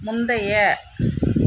முந்தைய